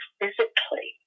physically